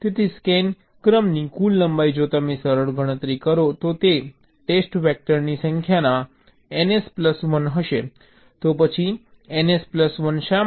તેથી સ્કેન ક્રમની કુલ લંબાઈ જો તમે સરળ ગણતરી કરો તો તે ટેસ્ટ વેક્ટરની સંખ્યામાં ns પ્લસ 1 હશે તો પછી ns પ્લસ 1 શા માટે